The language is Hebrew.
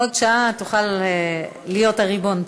בעוד שעה תוכל להיות הריבון פה.